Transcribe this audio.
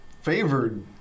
favored